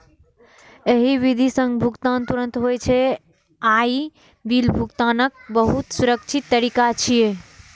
एहि विधि सं भुगतान तुरंत होइ छै आ ई बिल भुगतानक बहुत सुरक्षित तरीका छियै